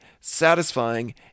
satisfying